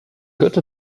got